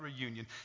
reunion